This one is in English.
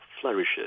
flourishes